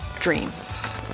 dreams